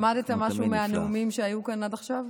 למדת משהו מהנאומים שהיו כאן עד עכשיו?